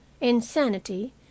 Insanity